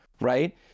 right